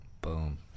Boom